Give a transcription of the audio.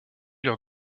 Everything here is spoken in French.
lors